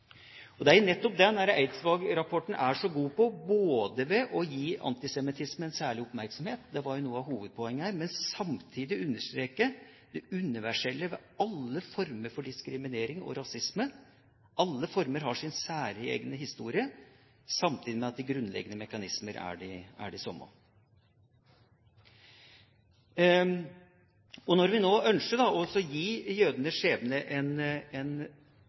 Det er nettopp det Eidsvåg-rapporten er så god på, både å gi antisemittisme en særlig oppmerksomhet – det var noe av hovedpoenget her – og samtidig understreke det universelle ved alle former for diskriminering og rasisme. Alle former har sin særegne historie, samtidig som de grunnleggende mekanismene er de samme. Når vi nå ønsker å gi jødenes skjebne en særlig oppmerksomhet – eller minne oss om at det er viktig å gi den en